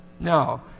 No